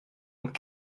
und